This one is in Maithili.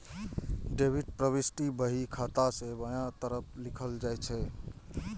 डेबिट प्रवृष्टि बही खाता मे बायां तरफ लिखल जाइ छै